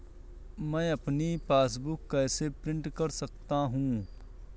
मैं अपनी पासबुक कैसे प्रिंट कर सकता हूँ?